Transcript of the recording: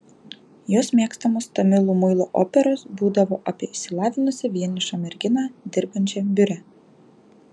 jos mėgstamos tamilų muilo operos būdavo apie išsilavinusią vienišą merginą dirbančią biure